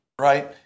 right